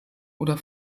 oder